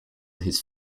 his